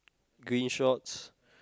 green shorts